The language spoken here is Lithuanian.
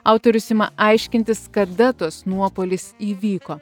autorius ima aiškintis kada tas nuopuolis įvyko